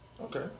Okay